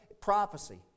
prophecy